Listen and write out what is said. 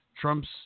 Trump's